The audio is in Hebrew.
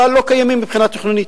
אבל לא קיימים מבחינה תכנונית.